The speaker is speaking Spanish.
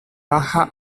baja